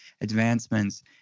advancements